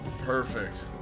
Perfect